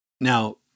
now